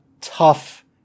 tough